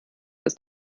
ist